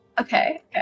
okay